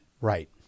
Right